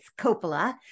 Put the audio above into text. Coppola